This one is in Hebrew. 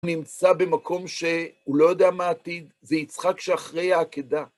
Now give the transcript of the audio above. נמצא במקום שהוא לא יודע מה העתיד, זה יצחק שאחרי העקדה.